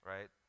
right